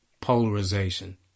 polarization